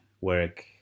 work